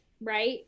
right